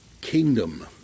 kingdom